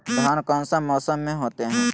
धान कौन सा मौसम में होते है?